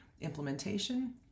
implementation